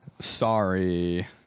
Sorry